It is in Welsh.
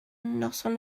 noson